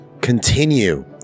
continue